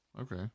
Okay